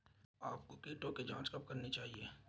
आपको कीटों की जांच कब करनी चाहिए?